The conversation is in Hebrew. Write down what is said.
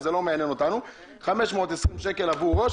אז זה לא מעניין אותנו - 520 שקל עבור ראש